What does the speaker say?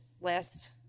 last